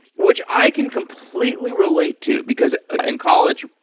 which i can completely relate to, because in college,